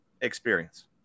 experience